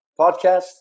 podcast